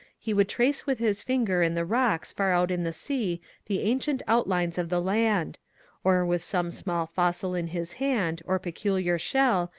he would trace with his finger in the rocks far out in the sea the ancient outlines of the land or with some small fossil in his hand, or peculiar shell,